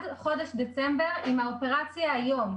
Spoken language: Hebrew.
עם האופרציה יום,